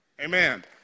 Amen